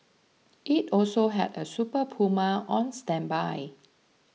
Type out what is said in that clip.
it also had a Super Puma on standby